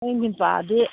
ꯑꯌꯨꯛ ꯅꯨꯡꯗꯤꯟ ꯄꯥꯔꯗꯤ